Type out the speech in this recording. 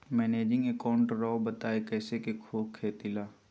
Managing account राव बताएं कैसे के हो खेती ला?